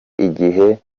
igihe